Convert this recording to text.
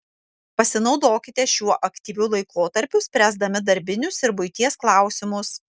pasinaudokite šiuo aktyviu laikotarpiu spręsdami darbinius ir buities klausimus